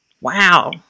Wow